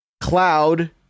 cloud